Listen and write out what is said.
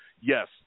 yes